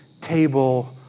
table